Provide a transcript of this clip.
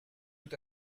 tout